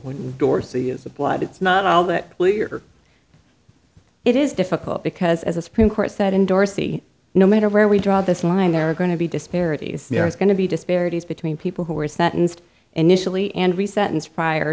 when dorsey is applied it's not all that clear it is difficult because as the supreme court said in dorsey no matter where we draw this line there are going to be disparities there is going to be disparities between people who were sentenced initially and re sentence prior